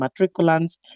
matriculants